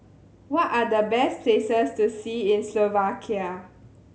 what are the best places to see in Slovakia